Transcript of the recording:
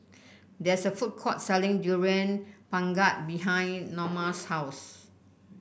there is a food court selling Durian Pengat behind Norma's house